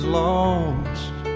lost